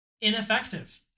ineffective